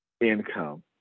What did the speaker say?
income